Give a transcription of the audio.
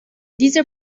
dieser